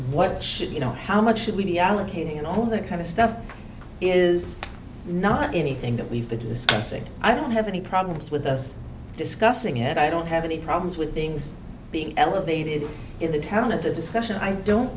what you know how much should we be allocating and all the kind of stuff is not anything that we've been discussing i don't have any problems with us discussing it i don't have any problems with things being elevated in the town as a discussion i don't